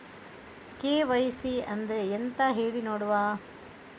KYC ಅಂದ್ರೆ ಎಂತ ಹೇಳಿ ನೋಡುವ?